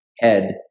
head